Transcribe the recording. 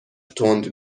تند